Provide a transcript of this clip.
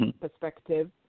perspective